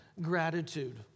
gratitude